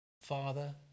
Father